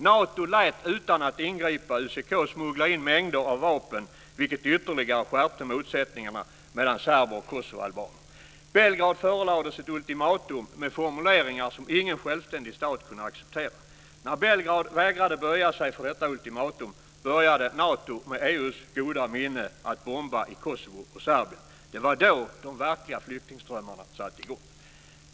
Nato lät utan att ingripa UCK smuggla in mängder av vapen, vilket ytterligare skärpte motsättningarna mellan serber och kosovoalbaner. Belgrad förelades ett ultimatum med formuleringar som ingen självständig stat kunde acceptera. När Belgrad vägrade böja sig för detta ultimatum började Nato med EU:s goda minne att bomba i Kosovo och Serbien. Det var då de verkliga flyktingströmmarna satte i gång.